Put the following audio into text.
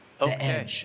Okay